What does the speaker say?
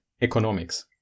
economics